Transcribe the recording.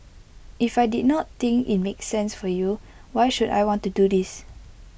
if I did not think IT make sense for you why should I want to do this